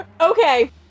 okay